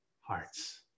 hearts